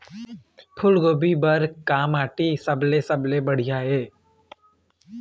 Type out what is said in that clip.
फूलगोभी बर का माटी सबले सबले बढ़िया ये?